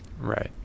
Right